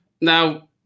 now